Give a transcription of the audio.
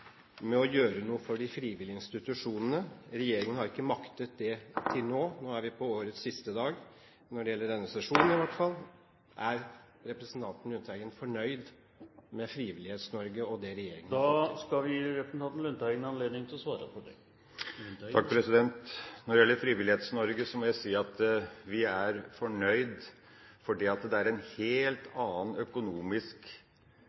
med å gjøre noe for de frivillige institusjonene. Regjeringen har ikke maktet det til nå. Nå er vi på årets siste dag, når det gjelder denne sesjonen i alle fall. Er representanten Lundteigen fornøyd med Frivillighets-Norge og det regjeringen har lagt opp til? Når det gjelder Frivillighets-Norge, må jeg si at vi er fornøyd fordi det er en helt annen økonomisk tilrettelegging av de frivillige organisasjonene nå enn det var da denne regjeringa tiltrådte. Så det er